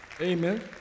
Amen